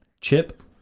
chip